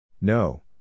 No